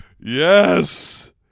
Yes